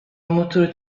mutur